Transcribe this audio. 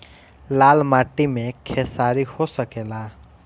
लाल माटी मे खेसारी हो सकेला?